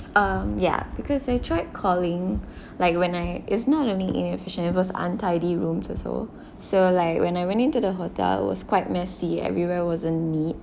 um ya because I tried calling like when I is not only inefficient it was untidy rooms also so like when I went in to the hotel it was quite messy everywhere wasn't neat